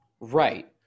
right